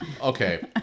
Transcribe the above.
okay